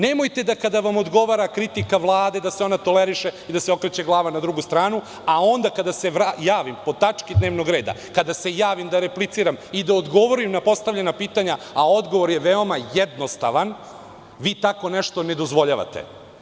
Nemojte da kada vam odgovara kritika Vlade, da se ona toleriše i da se okreće glava na drugu stranu, a onda kada se javim po tački dnevnog reda, kada se javim da repliciram i da odgovorim na postavljena pitanja, a odgovor je veoma jednostavan, vi tako nešto ne dozvoljavate.